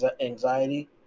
anxiety